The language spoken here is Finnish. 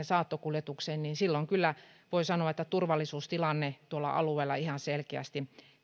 saattokuljetukseen niin silloin kyllä voi sanoa että turvallisuustilanne tuolla alueella ihan selkeästi